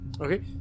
Okay